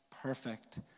perfect